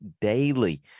daily